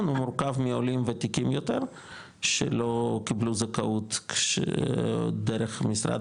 הוא מורכב מעולים וותיקים יותר שלא קיבלו זכאות דרך משרד